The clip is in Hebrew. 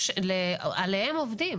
עליהם עובדים.